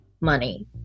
money